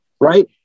Right